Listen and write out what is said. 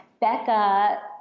Becca